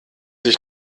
ich